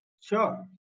sure